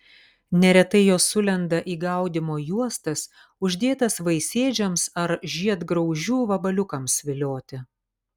neretai jos sulenda į gaudymo juostas uždėtas vaisėdžiams ar žiedgraužių vabaliukams vilioti